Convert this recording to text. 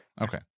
Okay